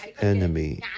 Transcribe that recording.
enemy